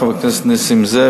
חבר הכנסת נסים זאב,